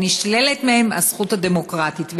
ונשללת מהם הזכות הדמוקרטית.